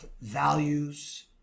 values